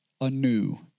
anew